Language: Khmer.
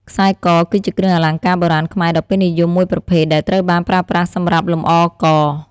ខ្សែ ក គឺជាគ្រឿងអលង្ការបុរាណខ្មែរដ៏ពេញនិយមមួយប្រភេទ ដែលត្រូវបានប្រើប្រាស់សម្រាប់លម្អ ក។